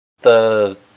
the-